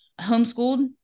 homeschooled